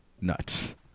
nuts